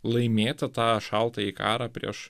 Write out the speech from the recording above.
laimėti tą šaltąjį karą prieš